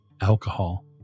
alcohol